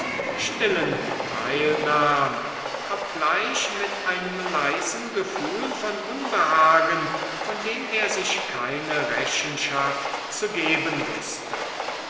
stillen teil nahm obgleich mit einem leisen gefühl von unbehagen von dem er sich keine rechenschaft zu geben wußte